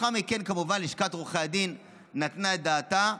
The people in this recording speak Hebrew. לאחר מכן, כמובן, לשכת עורכי הדין נתנה את דעתה.